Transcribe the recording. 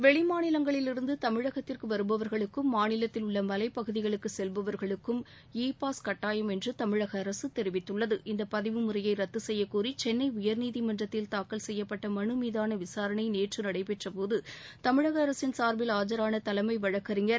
வெளிமாநிலங்களிலிருந்து தமிழகத்திற்கு வருபவர்களுக்கும் மாநிலத்தில் உள்ள மலைப்பகுதிகளுக்கு செல்பவர்களுக்கும் இ பாஸ் கட்டாயம் என்று தமிழக அரசு தெரிவித்துள்ளது இந்த பதிவு முறையை ரத்து செய்யக்கோரி சென்னை உயர்நீதிமன்றத்தில் தாக்கல் செய்யப்பட்ட மனு மீதான விசாரணை நேற்று நடைபெற்றபோது தமிழக அரசின் சார்பில் ஆஜரான தலைமை வழக்கறிஞர்